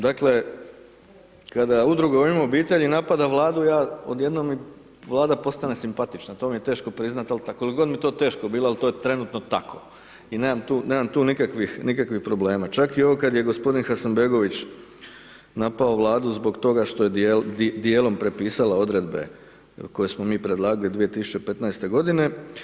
Da, dakle, kada Udruga U ime obitelji napada Vladu ja odjednom mi Vlada postane simpatična, to mi je teško priznati ali koliko god mi je to teško bilo ali to je trenutno tako i nemam tu nikakvih problema, čak i ovo kad je g. Hasanbegović napao Vladu zbog toga što je dijelom prepisala odredbe koje smo mi predlagali 2015.-te godine.